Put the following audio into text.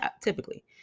typically